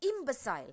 Imbecile